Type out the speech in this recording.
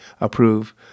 approve